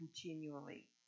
continually